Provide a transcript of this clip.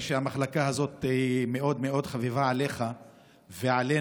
כנראה שהמחלקה הזאת מאוד מאוד חביבה עליך ועלינו,